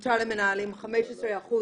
מותר למנהלים לאשר 15%